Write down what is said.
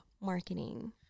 marketing